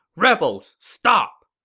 rebels, stop!